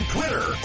Twitter